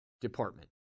department